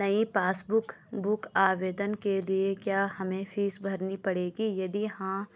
नयी passbook book आवेदन के लिए क्या हमें फीस भरनी पड़ेगी यदि हाँ